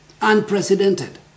unprecedented